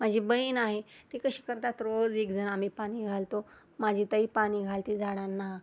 माझी बहीण आहे ते कशी करतात रोज एकजण आम्ही पाणी घालतो माझी ताई पाणी घालते झाडांना